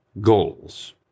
goals